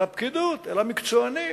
אל הפקידות, אל המקצוענים.